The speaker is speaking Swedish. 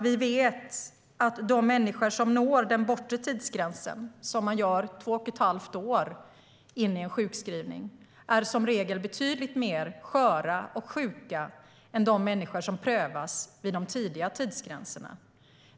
Vi vet att de människor som når den bortre tidsgränsen, som man gör efter två och ett halvt år in i en sjukskrivning, som regel är betydligt mer sköra och sjuka än de människor som prövas vid de tidiga tidsgränserna.